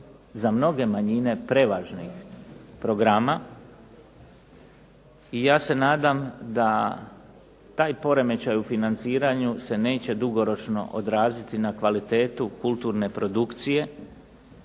za mnoge manjine prevažnih programa, i ja se nadam da taj poremećaj u financiranju se neće dugoročno odraziti na kvalitetu kulturne produkcije,